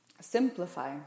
simplify